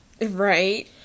Right